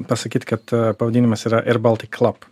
pasakyt kad pavadinimas yra ir baltik klab